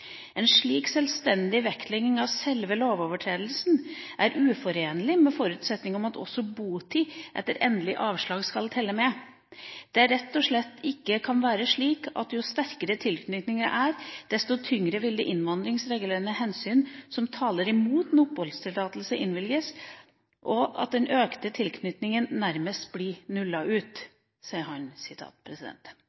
En slik selvstendig vektlegging av selve lovovertredelsen, er uforenlig med forutsetningen om at også botid etter endelig avslag skal telle med. Det kan rett og slett ikke være slik at jo sterkere tilknytningen er, desto tyngre blir de innvandringsregulerende hensyn som taler mot at oppholdstillatelse innvilges – at den økte tilknytningen nærmest «nulles» ut.»